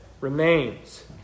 remains